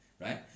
right